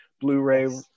blu-ray